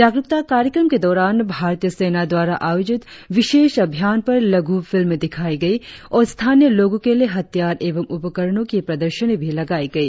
जागरुकता कार्यक्रम के दौरान भारतीय सेना द्वारा आयोजित विशेष अभियान पर लघु फिल्म दिखाई गई और स्थानीय लोगो के लिए हथियार एवं उपकरणों की प्रदर्शनी भी लगाई गई